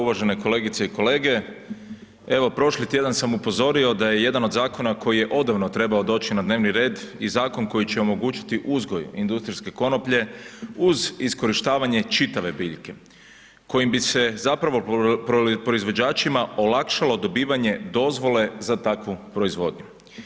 Uvažene kolegice i kolege, evo prošli tjedan sam upozorio da je jedan od zakona koji je odavno trebao doći na dnevni red i zakon koji će omogućiti uzgoj industrijske konoplje uz iskorištavanje čitave biljke, kojim bi se, zapravo, proizvođačima olakšalo dobivanje dozvole za takvu proizvodnju.